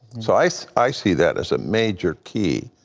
so i so i see that as a major key.